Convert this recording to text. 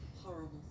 horrible